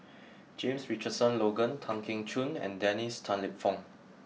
James Richardson Logan Tan Keong Choon and Dennis Tan Lip Fong